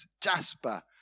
Jasper